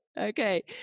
Okay